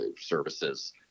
services